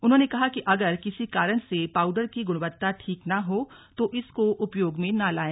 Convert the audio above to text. उन्होंने कहा कि अगर किसी कारण से पाउडर की गुणवत्ता ठीक न हो तो इसको उपयोग में न लाए